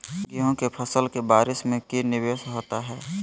गेंहू के फ़सल के बारिस में की निवेस होता है?